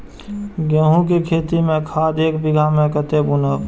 गेंहू के खेती में खाद ऐक बीघा में कते बुनब?